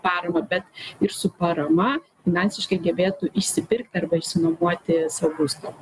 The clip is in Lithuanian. paramą bet ir su parama finansiškai gebėtų išsipirkti arba išsinuomoti sau būstą